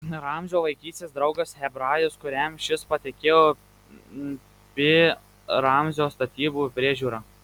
ramzio vaikystės draugas hebrajas kuriam šis patikėjo pi ramzio statybų priežiūrą